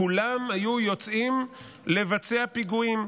כולם היו יוצאים לבצע פיגועים.